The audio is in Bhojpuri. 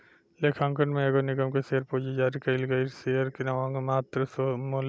लेखांकन में एगो निगम के शेयर पूंजी जारी कईल गईल शेयर के नाममात्र मूल्य ह